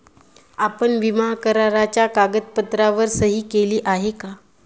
आपण विमा कराराच्या कागदपत्रांवर सही केली आहे का?